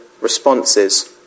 responses